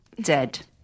Dead